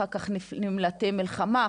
אחר כך נמלטי מלחמה,